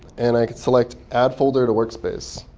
and i can select add folder to workspace.